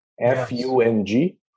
F-U-N-G